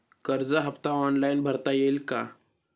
कर्ज हफ्ता ऑनलाईन भरता येईल का?